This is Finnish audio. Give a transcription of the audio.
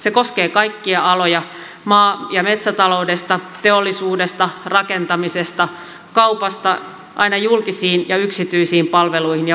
se koskee kaikkia aloja maa ja metsätaloudesta teollisuudesta rakentamisesta kaupasta aina julkisiin ja yksityisiin palveluihin ja vapaaehtoistoimintaan saakka